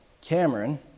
Cameron